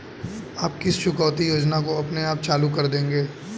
आप किस चुकौती योजना को अपने आप चालू कर देंगे?